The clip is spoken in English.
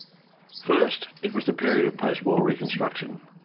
first, it was the period of post-war reconstruction.